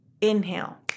Inhale